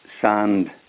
sand